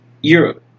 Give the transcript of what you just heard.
Europe